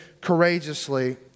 courageously